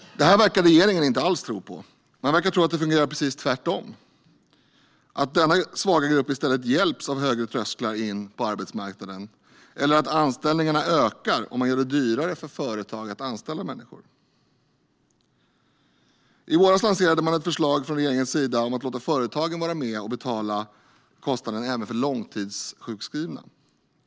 Det här verkar regeringen inte alls tro på. Man verkar tro att det fungerar precis tvärtom - att denna svaga grupp i stället hjälps av högre trösklar in på arbetsmarknaden eller att anställningarna ökar om man gör det dyrare för företagen att anställa. I våras lanserade man ett förslag från regeringens sida om att låta företagen vara med och betala kostnaden även för långtidssjukskrivna.